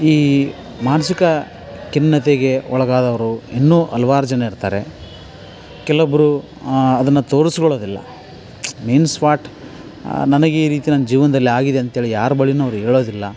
ಈ ಮಾನಸಿಕ ಖಿನ್ನತೆಗೆ ಒಳಗಾದವ್ರು ಇನ್ನು ಹಲ್ವಾರ್ ಜನ ಇರ್ತಾರೆ ಕೆಲವೊಬ್ಬರು ಅದನ್ನು ತೋರಿಸ್ಕೊಳ್ಳೋದಿಲ್ಲ ಮೀನ್ಸ್ ವಾಟ್ ನನ್ಗೆ ಈ ರೀತಿ ನನ್ನ ಜೀವನದಲ್ಲಿ ಆಗಿದೆಂತೇಳಿ ಯಾರ ಬಳಿನೂ ಅವ್ರು ಹೇಳೋದಿಲ್ಲ